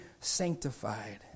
sanctified